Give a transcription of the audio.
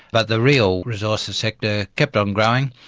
but the real resources sector kept on growing,